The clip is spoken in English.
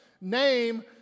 name